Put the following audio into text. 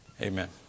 Amen